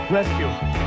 Rescue